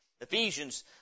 Ephesians